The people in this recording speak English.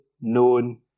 known